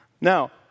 Now